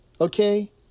okay